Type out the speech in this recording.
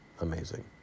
amazing